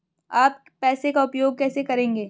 आप पैसे का उपयोग कैसे करेंगे?